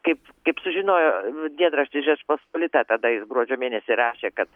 kaip kaip sužinojo dienraštis žečpospolita tada jis gruodžio mėnesį rašė kad